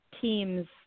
teams